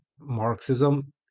Marxism